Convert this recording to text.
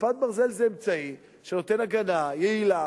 "כיפת ברזל" זה אמצעי שנותן הגנה יעילה,